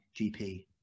GP